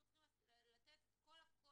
פה אנחנו צריכים לתת את כל הכוח